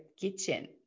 kitchen